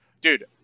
dude